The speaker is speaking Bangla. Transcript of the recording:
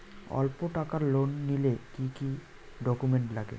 অল্প টাকার লোন নিলে কি কি ডকুমেন্ট লাগে?